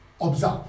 observe